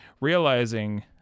realizing